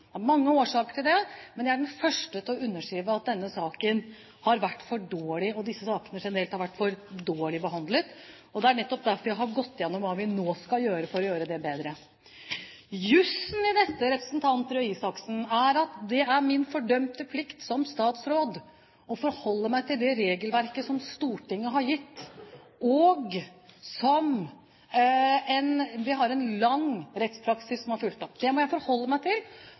Det er mange årsaker til det, men jeg er den første til å underskrive på at denne saken – og disse sakene generelt – har vært for dårlig behandlet. Det er nettopp derfor jeg har gått gjennom hva vi nå skal gjøre for å gjøre det bedre. Jusen i dette, representant Røe Isaksen, er at det er min fordømte plikt som statsråd å forholde meg til det regelverket som Stortinget har gitt, og som en lang rettspraksis har fulgt opp. Det må jeg forholde meg til.